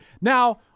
now